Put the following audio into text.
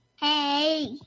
Hey